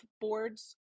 boards